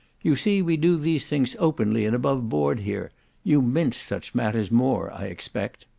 you see we do these things openly and above-board here you mince such matters more, i expect.